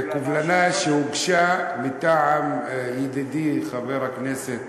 קובלנה שהוגשה מטעם ידידי חבר הכנסת